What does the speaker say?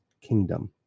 kingdom